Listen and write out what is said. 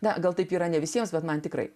na gal taip yra ne visiems bet man tikrai